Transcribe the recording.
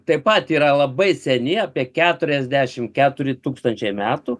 taip pat yra labai seni apie keturiasdešimt keturi tūkstančiai metų